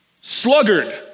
Sluggard